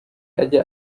ajya